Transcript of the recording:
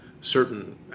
certain